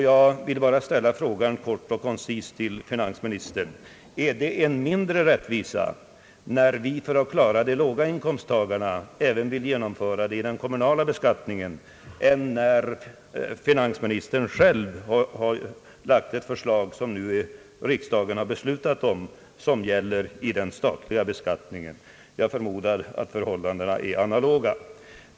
Jag vill ställa frågan kort och koncist till finansministern: Är det mindre rättvist när vi för att klara de lågavlönade inkomsttagarna vill genomföra skattelättnader även i den kommunala beskattningen än när finansministern själv framlägger ett förslag, som riksdagen nu har beslutat om, som gäller den statliga beskattningen. Jag förmodar att förhållandena är analoga.